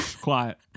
Quiet